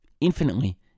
infinitely